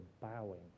bowing